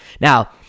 Now